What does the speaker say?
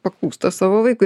paklūsta savo vaikui